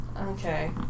Okay